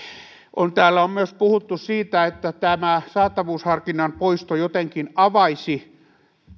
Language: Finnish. täällä on puhuttu myös siitä että tämä saatavuusharkinnan poisto jotenkin avaisi